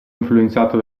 influenzato